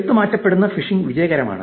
എടുത്തുമാറ്റപ്പെടുന്ന fishing വിജയകരമാണ്